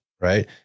Right